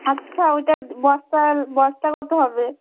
আচ্ছা ওইটার বস্তার বস্তা কত হবে